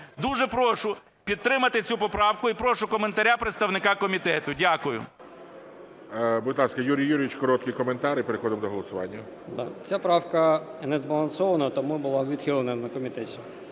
Дуже прошу підтримати цю поправку і прошу коментаря представника комітету. Дякую. ГОЛОВУЮЧИЙ. Будь ласка, Юрій Юрійович, короткий коментар і переходимо до голосування. 10:46:25 АРІСТОВ Ю.Ю. Ця правка не збалансована, тому була відхилена на комітеті.